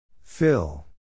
Fill